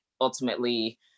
ultimately